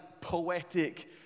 poetic